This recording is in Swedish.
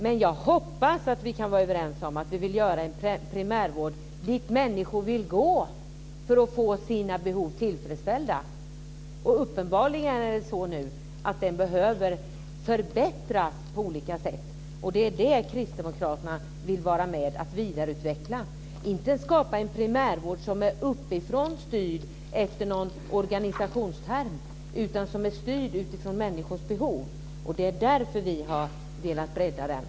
Men jag hoppas att vi kan vara överens om att vi vill skapa en primärvård dit människor vill gå för att få sina behov tillfredsställda. Uppenbarligen behöver den förbättras på olika sätt, och Kristdemokraterna vill vara med och vidareutveckla den - inte skapa en primärvård som är styrd uppifrån efter någon organisationsterm utan utifrån människors behov. Det är därför vi har velat bredda den.